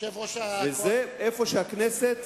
זה במקום שהכנסת,